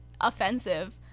offensive